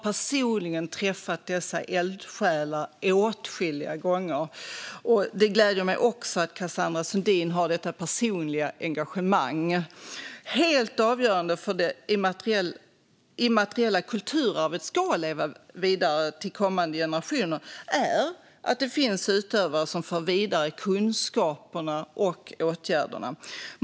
Förteckningen är ett bra verktyg för att synliggöra det immateriella kulturarvets mångfald i Sverige.Helt avgörande för att det immateriella kulturarvet ska få leva vidare till kommande generationer är dock att det finns utövare som för vidare kunskapen och färdigheterna.